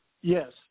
Yes